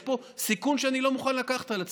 יש פה סיכון שאני לא מוכן לקחת על עצמי.